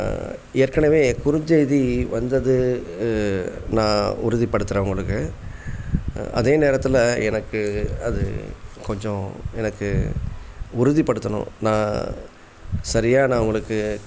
ஏற்கனவே குறுஞ்செய்தி வந்தது நான் உறுதிப்படுத்துகிறேன் உங்களுக்கு அதே நேரத்தில் எனக்கு அது கொஞ்சம் எனக்கு உறுதிப்படுத்தணும் நான் சரியா நான் உங்களுக்கு